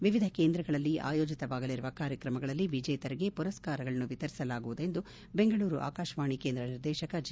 ವಿವಿಧ ಕೇಂದ್ರಗಳಲ್ಲಿ ಆಯೋಜಿತವಾಗಲಿರುವ ಕಾರ್ಯಕ್ರಮಗಳಲ್ಲಿ ವಿಜೇತರಿಗೆ ಮರಸ್ಕಾರಗಳನ್ನು ವಿತರಿಸಲಾಗುವುದು ಎಂದು ಬೆಂಗಳೂರು ಆಕಾಶವಾಣಿ ಕೇಂದ್ರ ನಿರ್ದೇಶಕ ಜಿ